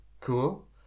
Cool